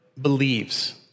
believes